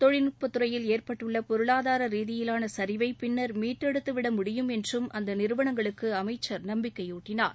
தொழில்நுட்பத்துறையில் ஏற்பட்டுள்ள பொருளாதார ரீதியிலான சிவை பின்னர் மீட்டெடுத்து விட முடியும் என்றும் அந்த நிறுவனங்களுக்கு அமைச்சா் நம்பிக்கையூட்டினார்